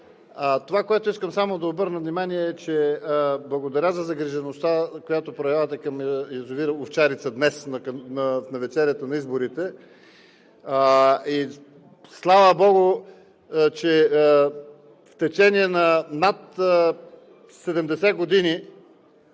Това, на което искам да обърна внимание, е, че благодаря за загрижеността, която проявявате към язовир „Овчарица“ днес, в навечерието на изборите. Слава богу, че в течение на над 70 години,